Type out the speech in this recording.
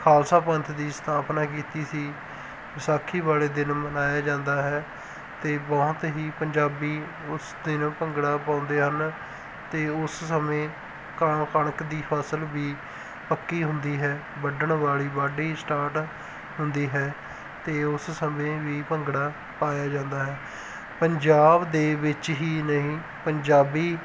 ਖਾਲਸਾ ਪੰਥ ਦੀ ਸਥਾਪਨਾ ਕੀਤੀ ਸੀ ਵਿਸਾਖੀ ਵਾਲੇ ਦਿਨ ਮਨਾਇਆ ਜਾਂਦਾ ਹੈ ਅਤੇ ਬਹੁਤ ਹੀ ਪੰਜਾਬੀ ਉਸ ਦਿਨ ਭੰਗੜਾ ਪਾਉਂਦੇ ਹਨ ਅਤੇ ਉਸ ਸਮੇਂ ਕਣ ਕਣਕ ਦੀ ਫਸਲ ਵੀ ਪੱਕੀ ਹੁੰਦੀ ਹੈ ਵੱਢਣ ਵਾਲੀ ਵਾਢੀ ਸਟਾਰਟ ਹੁੰਦੀ ਹੈ ਅਤੇ ਉਸ ਸਮੇਂ ਵੀ ਭੰਗੜਾ ਪਾਇਆ ਜਾਂਦਾ ਹੈ ਪੰਜਾਬ ਦੇ ਵਿੱਚ ਹੀ ਨਹੀਂ ਪੰਜਾਬੀ